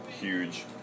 Huge